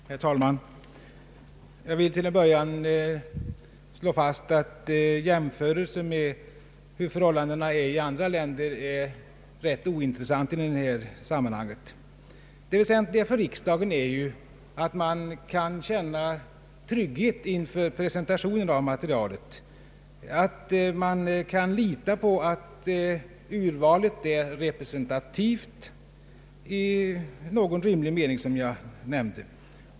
Herr talman! Jag vill till en början slå fast att jämförelserna med förhållandena i andra länder är tämligen ointressanta i detta sammanhang. Det väsentliga för oss riksdagsledamöter är att vi kan känna trygghet inför presentationen av materialet, att vi kan lita på att urvalet är representativt i någon rimlig mening, såsom jag nämnde.